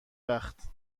وقت